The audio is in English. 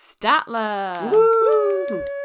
Statler